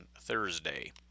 Thursday